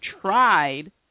tried